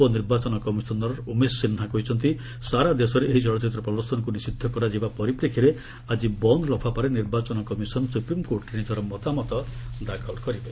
ଉପ ନିର୍ବାଚନ କମିଶନର ଉମେଶ ସିହ୍ନା କହିଛନ୍ତି ସାରା ଦେଶରେ ଏହି ଚଳଚ୍ଚିତ୍ର ପ୍ରଦର୍ଶନକୁ ନିଷିଦ୍ଧ କରାଯିବା ପରିପ୍ରେକ୍ଷୀରେ ଆଜି ବନ୍ଦ ଲଫାପାରେ ନିର୍ବାଚନ କମିଶନ୍ ସୁପ୍ରିମ୍କୋର୍ଟରେ ନିଜର ମତାମତ ଦାଖଲ କରିବେ